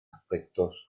aspectos